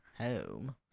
home